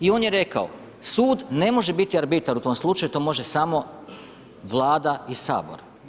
I on je rekao, sud ne može biti arbitar u tome slučaju, to može samo Vlada i Sabor.